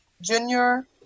junior